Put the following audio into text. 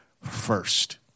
first